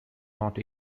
not